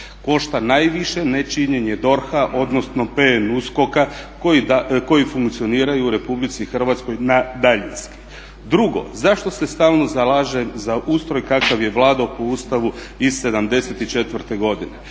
košta najviše nečinjenje DORH-a, odnosno PNUSKOK-a koji funkcioniraju u Republici Hrvatskoj na daljinski. Drugo, zašto se stalno zalažem za ustroj kakav je vladao po Ustavu iz '74. godine?